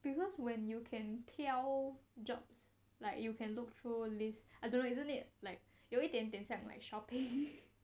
because when you can 挑 jobs like you can look through list I don't know isn't it like 有一点点像 like shopping